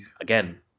Again